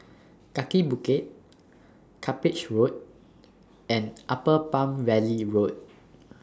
Kaki Bukit Cuppage Road and Upper Palm Valley Road